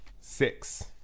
Six